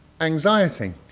anxiety